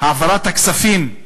העברת הכספים,